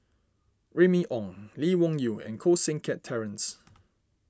Remy Ong Lee Wung Yew and Koh Seng Kiat Terence